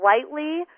slightly